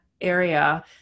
area